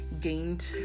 gained